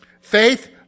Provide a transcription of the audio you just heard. Faith